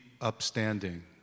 upstanding